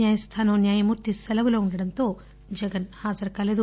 న్యాయస్థానం న్యాయమూర్తి సెలవులో వుండడంతో జగన్ హాజరు కాలేదు